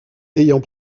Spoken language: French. ayant